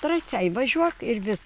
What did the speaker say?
drąsiai važiuok ir vis